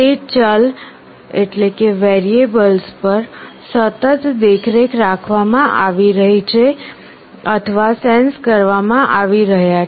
તે ચલ પર સતત દેખરેખ રાખવામાં આવી રહી છે અથવા સેન્સ કરવામાં આવી રહ્યા છે